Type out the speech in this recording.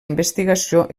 investigació